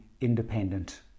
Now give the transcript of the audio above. independent